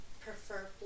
prefer